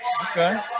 Okay